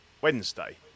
Wednesday